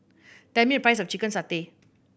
tell me the price of chicken satay